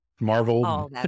marvel